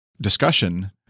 discussion